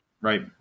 right